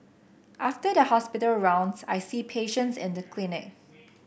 after the hospital rounds I see patients in the clinic